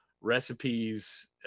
recipes